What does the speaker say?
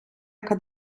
яка